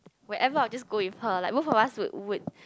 wherever I will just go with her like both of us would